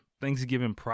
Thanksgiving